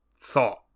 thought